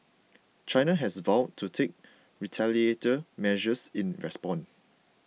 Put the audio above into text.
China has vowed to take retaliatory measures in response